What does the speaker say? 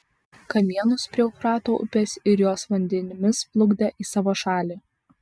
kamienus prie eufrato upės ir jos vandenimis plukdė į savo šalį